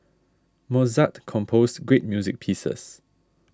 Mozart composed great music pieces